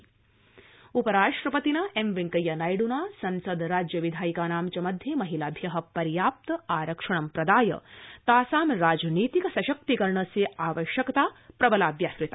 उपराष्ट्रपति उपराष्ट्रपतिना एम् वेंकैया नायड़ना संसद राज्य विधायिकानां च मध्ये महिलाभ्य पर्याप्त आरक्षणं प्रदाय तासां राजनीतिक सशक्तिकरणस्य आवश्यकता प्रबला व्याहृता